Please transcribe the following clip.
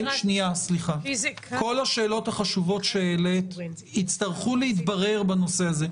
כל השאלות החשובות שהעלית יצטרכו להתברר בנושא הזה.